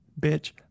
Bitch